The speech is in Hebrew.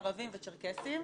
ערבים וצ'רקסים.